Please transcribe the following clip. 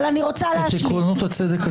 אני רוצה להשיב --- את עקרונות הצדק הטבעי.